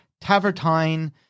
tavertine